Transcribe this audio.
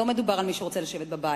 לא מדובר על מי שרוצה לשבת בבית.